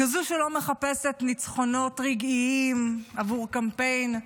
כזו שלא מחפשת ניצחונות רגעיים עבור קמפיין,